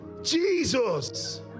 Jesus